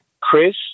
Chris